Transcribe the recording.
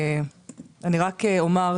אני רק אומר,